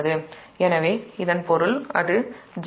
எனவே இதன் பொருள் அது j0